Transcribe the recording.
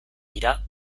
dira